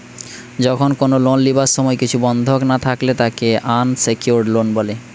যখন কোনো লোন লিবার সময় কিছু বন্ধক না থাকলে তাকে আনসেক্যুরড লোন বলে